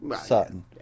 certain